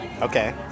Okay